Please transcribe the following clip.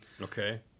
Okay